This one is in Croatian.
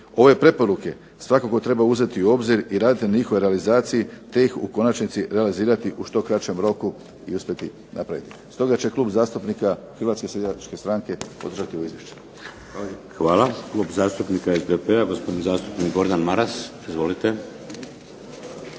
Ove preporuke svakako treba uzeti u obzir i raditi na njihovoj realizaciji, te ih u konačnici realizirati u što kraćem roku i uspjeti napraviti. Stoga će Klub zastupnika Hrvatske seljačke stranke podržati ovo izvješće. Hvala. **Šeks, Vladimir (HDZ)** Hvala. Klub zastupnika SDP-a, gospodin zastupnik Gordan Maras. Izvolite.